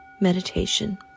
meditation